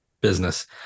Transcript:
business